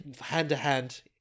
Hand-to-hand